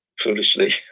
foolishly